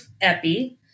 epi